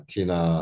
Tina